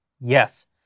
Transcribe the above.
Yes